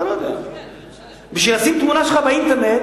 בשביל לשים תמונה שלך באינטרנט,